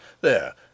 There